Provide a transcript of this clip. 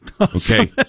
Okay